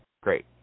Great